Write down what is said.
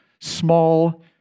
small